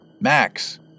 Max